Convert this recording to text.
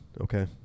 okay